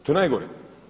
To je najgore.